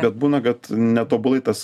bet būna kad netobulai tas